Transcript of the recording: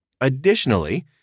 Additionally